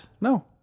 no